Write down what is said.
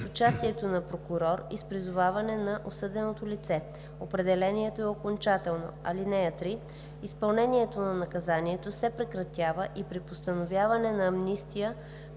с участието на прокурор и с призоваване на осъденото лице. Определението е окончателно. (3) Изпълнението на наказанието се прекратява и при постановяване на амнистия